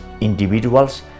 individuals